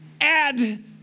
add